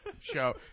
show